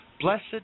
Blessed